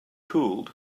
cooled